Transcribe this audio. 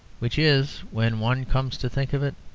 which is, when one comes to think of it,